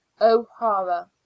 O'Hara